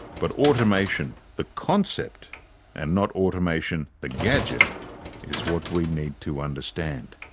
but automation the concept and not automation the gadget is what we need to understand.